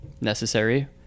necessary